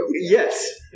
Yes